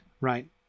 right